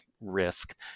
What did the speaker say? risk